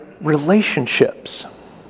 relationships